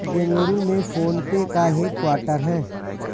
बेंगलुरु में PhonePe का headquarter हैं